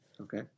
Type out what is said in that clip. Okay